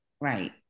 Right